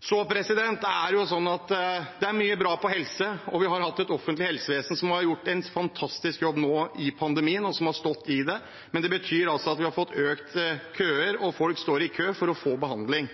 Det er mye bra innenfor helse, og vi har hatt et offentlig helsevesen som har gjort en fantastisk jobb nå i pandemien, og som har stått i det. Men det betyr altså at vi har fått lengre køer, og at folk står i kø for å få behandling.